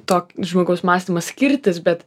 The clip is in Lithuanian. to žmogaus mąstymas skirtis bet